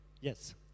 Yes